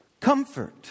Comfort